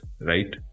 right